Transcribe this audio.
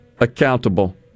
Accountable